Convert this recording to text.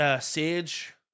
Sage